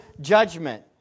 judgment